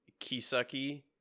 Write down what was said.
Kisaki